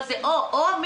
מה זה, או-או?